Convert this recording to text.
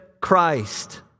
Christ